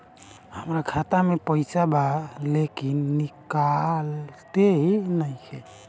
हमार खाता मे पईसा बा लेकिन निकालते ही नईखे?